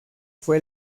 fue